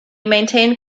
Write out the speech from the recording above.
maintained